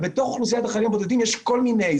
ובתוך אוכלוסיית החיילים הבודדים יש כל מיני.